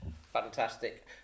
Fantastic